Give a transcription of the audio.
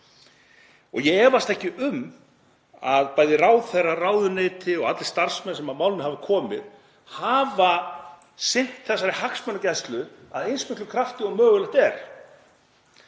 Ég efast ekki um að bæði ráðherrar, ráðuneyti og allir starfsmenn sem að málinu hafa komið hafi sinnt þessari hagsmunagæslu af eins miklum krafti og mögulegt er.